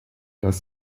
das